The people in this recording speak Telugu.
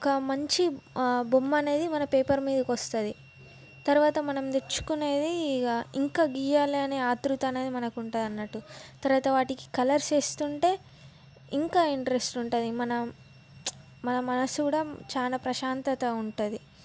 ఒక మంచి బొమ్మ అనేది మన పేపర్ మీదకి వస్తుంది తర్వాత మనం తెచ్చుకునేది ఇక ఇంకా గీయాలి అని ఆత్రుత అనేది మనకు ఉంటుంది అన్నట్టు తర్వాత వాటికి కలర్స్ వేస్తుంటే ఇంకా ఇంట్రెస్ట్ ఉంటుంది మనం మన మనసు కూడా చాలా ప్రశాంతత ఉంటుంది